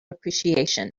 appreciation